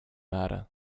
matter